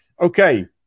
Okay